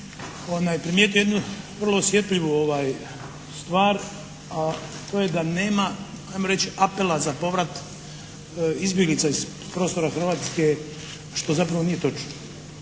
razumije./… jedno osjetljivu stvar, a to je da nema 'ajmo reći apela za povrat izbjeglica iz prostora Hrvatske što zapravo nije točno.